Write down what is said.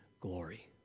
glory